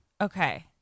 Okay